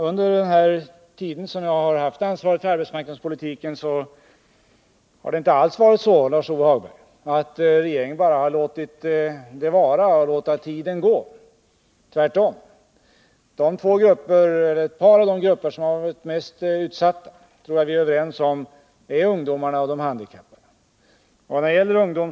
Under den tid som jag har haft ansvaret för arbetsmarknadspolitiken har det inte alls varit så, Lars-Ove Hagberg, att regeringen bara låtit tiden gå — tvärtom. Ett par av de grupper som varit mest utsatta är ungdomarna och de handikappade — det tror jag att vi är överens om.